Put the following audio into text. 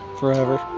forever.